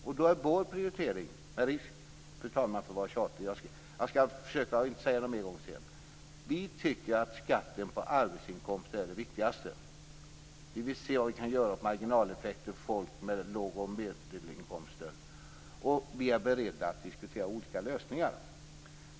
Med risk, fru talman, för att bli tjatig - jag skall försöka att inte upprepa det mer sedan - tycker vi att en skattesänkning på arbetsinkomster är det viktigaste. Vi vill se vad vi kan göra åt marginaleffekter för låg och medelinkomsttagare, och vi är beredda att diskutera olika lösningar.